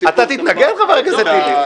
אתה תתנגד, חבר הכנסת טיבי?